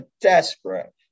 desperate